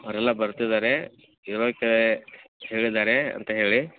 ಅವ್ರೆಲ್ಲ ಬರ್ತಿದ್ದಾರೆ ಇರೋಕೆ ಹೇಳಿದ್ದಾರೆ ಅಂತ ಹೇಳಿ